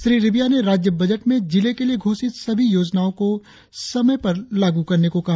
श्री रिबिया ने राज्य बजट में जिले के लिए घोषित सभी योजनाओं को समय पर लागू करने को कहा